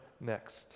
next